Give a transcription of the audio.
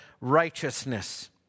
righteousness